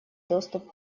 доступ